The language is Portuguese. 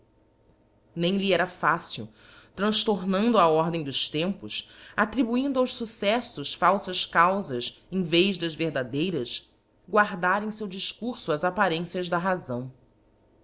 nem lhe era fácil tranftomando a ordem divs tempo attribuindo aos fuccefibs falfas caufas em ve das verdadeiras guardar em feu difcurfo as apparcncias da razão